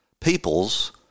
peoples